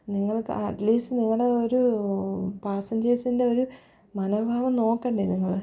നിങ്ങൾക്ക് അറ്റ്ലീസ്റ്റ് നിങ്ങളുടെ ഒരു പാസ്സഞ്ചേഴ്സിന്റെ ഒരു മനോഭാവം നോക്കണ്ടെ നിങ്ങൾ